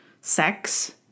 sex